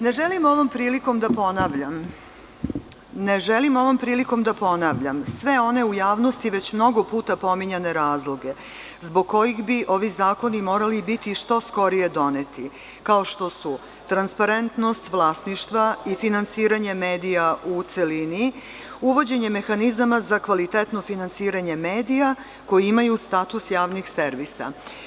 Ne želim ovom prilikom da ponavljam sve one u javnosti već mnogo puta pominjane razloge zbog kojih bi ovi zakoni morali biti što skorije doneti, kao što su transparentnost vlasništva i finansiranje medija u celini, uvođenje mehanizama za kvalitetno finansiranje medija koji imaju status javnih servisa.